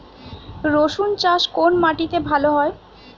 রুসুন চাষ কোন মাটিতে ভালো হয়?